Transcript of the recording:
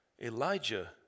Elijah